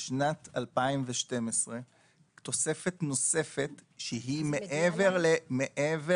בשנת 2012 כתוספת נוספת שהיא מעבר למה